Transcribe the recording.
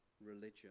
religion